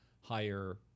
higher